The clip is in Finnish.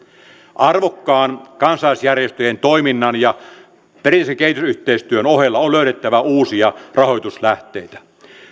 arvokkaan kansalaisjärjestöjen toiminnan ja perinteisen kehitysyhteistyön ohella on löydettävä uusia rahoituslähteitä